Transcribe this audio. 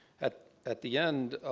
at at the end,